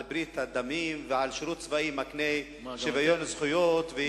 ברית הדמים ועל שירות צבאי שמקנה שוויון זכויות.